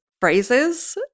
phrases